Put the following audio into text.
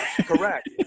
correct